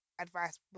advice